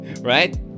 right